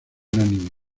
unánime